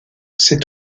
ces